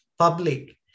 Public